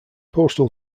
postal